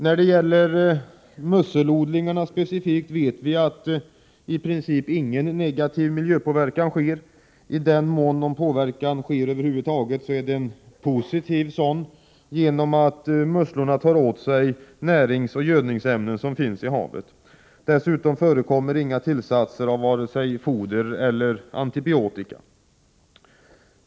När det gäller musselodlingar vet vi att i princip ingen negativ miljöpåverkan sker. I den mån någon påverkan sker över huvud taget är det en positiv sådan, eftersom musslorna tar åt sig näringsoch gödningsämnen som finns i vattnet. Dessutom förekommer inga tillsatser av vare sig foder eller antibiotika.